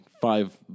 five